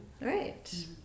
Right